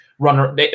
runner